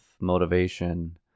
motivation